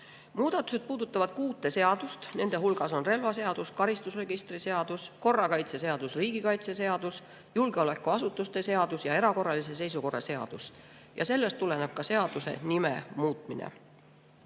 Muudatused puudutavad kuut seadust: need on relvaseadus, karistusregistri seadus, korrakaitseseadus, riigikaitseseadus, julgeolekuasutuste seadus ja erakorralise seisukorra seadus. Sellest tuleneb ka seaduse nimetuse muutmine.